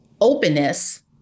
openness